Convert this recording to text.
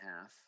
half